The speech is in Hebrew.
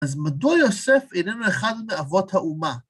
‫אז מדוע יוסף איננו אחד מאבות האומה?